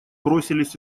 бросились